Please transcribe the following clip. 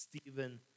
Stephen